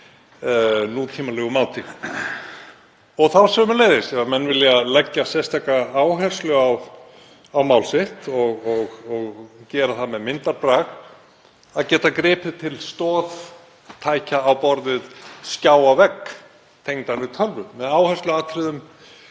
Og þá sömuleiðis ef menn vilja leggja sérstaka áherslu á mál sitt og gera það með myndarbrag, að geta gripið til stoðtækja á borð við skjá á vegg tengdan við tölvu, með áhersluatriðum